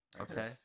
Okay